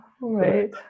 right